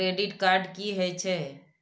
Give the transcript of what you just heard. Credit card की हे छे?